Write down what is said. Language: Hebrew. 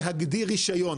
להגדיר רישיון,